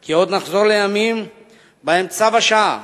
כי עוד נחזור לימים שבהם צו השעה